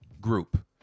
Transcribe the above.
group